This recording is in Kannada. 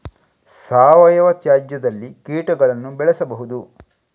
ಸಾವಯವ ತ್ಯಾಜ್ಯದಲ್ಲಿ ಕೀಟಗಳನ್ನು ಬೆಳೆಸಬಹುದು